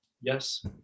Yes